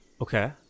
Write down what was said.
Okay